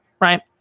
Right